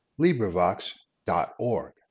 LibriVox.org